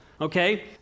okay